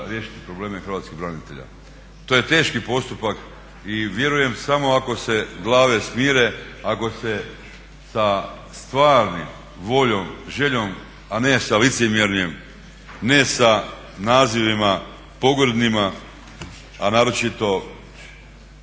riješiti probleme hrvatskih branitelja. To je teški postupak i vjerujem samo ako se glave smire, ako se sa stvarnom voljom, željom, a ne sa licemjerjem, ne sa nazivima pogrdnima a naročito